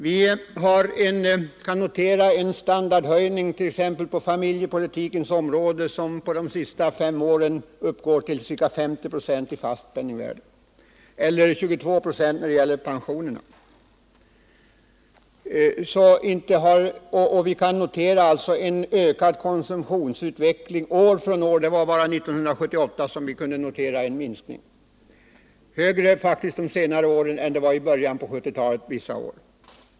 Vi kan på familjepolitikens område notera en standardhöjning som under de senaste fem åren uppgått till ca 50 26 i fast penningvärde och till 22 Ye när det gäller pensionärerna. Vi kan notera en ökad konsumtionsutveckling år från år. Det var bara 1978 som vi kunde notera en minskning. Ökningen har faktiskt varit större de senare åren än den var vissa år i början av 1970-talet.